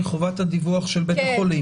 מחובת הדיווח של בית החולים?